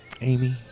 Amy